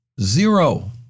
zero